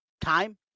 time